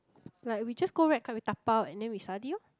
like we just go wrap we dabao then we study lor